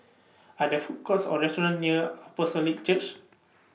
Are There Food Courts Or restaurants near Apostolic Church